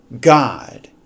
God